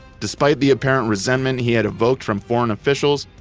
despite the apparent resentment he had evoked from foreign officials,